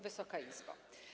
Wysoka Izbo!